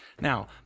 Now